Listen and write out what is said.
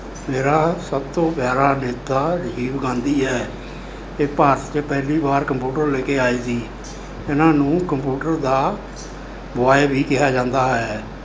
ਮੇਰਾ ਸਭ ਤੋਂ ਪਿਆਰਾ ਨੇਤਾ ਰਜੀਵ ਗਾਂਧੀ ਹੈ ਇਹ ਭਾਰਤ 'ਚ ਪਹਿਲੀ ਵਾਰ ਕੰਪਊਟਰ ਲੈ ਕੇ ਆਏ ਸੀ ਇਹਨਾਂ ਨੂੰ ਕੰਪਊਟਰ ਦਾ ਬੋਆਏ ਵੀ ਕਿਹਾ ਜਾਂਦਾ ਹੈ